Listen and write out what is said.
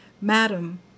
madam